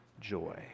joy